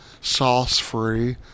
sauce-free